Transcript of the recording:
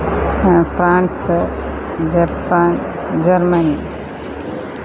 France Japan Germany